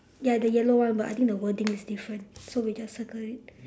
ya the yellow one but I think the wording is different so we just circle it